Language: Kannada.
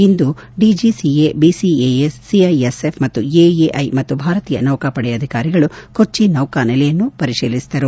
ಇಂದು ಡಿಜೆಸಿಎ ಬಿಸಿಎಎಸ್ ಸಿಐಎಸ್ಎಫ್ ಎಎಐ ಮತ್ತು ಭಾರತೀಯ ನೌಕಾ ಪಡೆಯ ಅಧಿಕಾರಿಗಳು ಕೊಚ್ಚಿ ನೌಕಾ ನೆಲೆಯನ್ನು ಪರಿಶೀಲಿಸಿದರು